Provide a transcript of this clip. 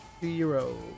Zero